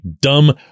dumb